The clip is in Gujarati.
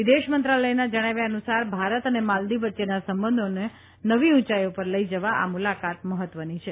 વિદેશમંત્રાલયના જણાવ્યા અનુસાર ભારત અને માલદિવ્સ વચ્ચેના સંબંધોનો નવી ઉંચાઇ પર લઈ જવા આ મૂલાકાત મહત્વની છે